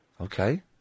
Okay